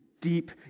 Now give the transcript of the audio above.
deep